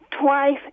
Twice